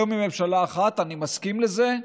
יותר מממשלה אחת, אני מסכים לזה,